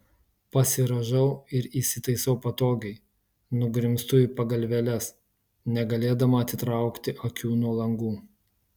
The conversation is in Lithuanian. pasirąžau ir įsitaisau patogiai nugrimztu į pagalvėles negalėdama atitraukti akių nuo langų